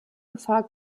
gefahr